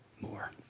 more